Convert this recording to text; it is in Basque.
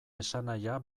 esanahia